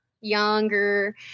younger